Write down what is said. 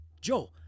Joe